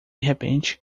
repente